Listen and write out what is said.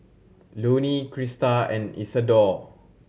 Loney Crista and Isadore